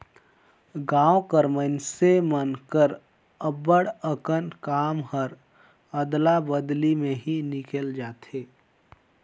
गाँव कर मइनसे मन कर अब्बड़ अकन काम हर अदला बदली में ही निकेल जाथे